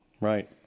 Right